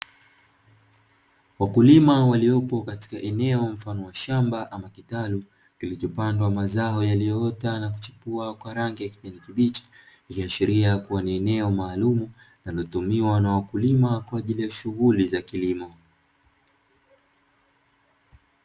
Wakulima waliopo katika eneo mfano wa shamba ama kitalu kilichopandwa mazao yaliyoota na kuchipua kwa rangi ya kijani kibichi, ikiashiria kuwa ni eneo maalumu linalotumiwa na wakulima kwajili ya shughuli za kilimo.